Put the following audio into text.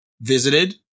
Visited